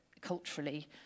culturally